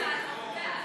שכנעת אותנו.